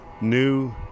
new